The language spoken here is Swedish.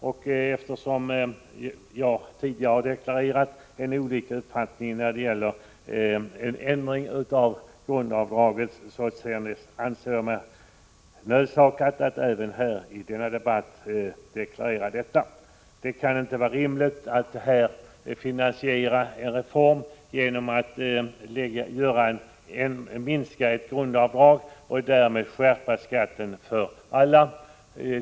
Jag har vid andra tillfällen deklarerat att vi har en annan uppfattning när det gäller en ändring av grundavdraget, men jag anser mig nödsakad att även i denna debatt deklarera detta. Det kan inte vara rimligt att finansiera en reform genom att minska ett grundavdrag och därmed skärpa skatten för alla.